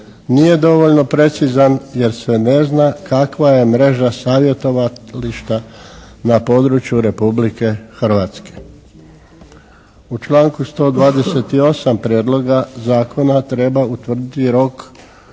nije dovoljno precizan jer se ne zna kakva je mreža savjetovališta na području Republike Hrvatske. U članku 128. prijedloga zakona treba utvrditi rok